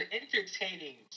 entertaining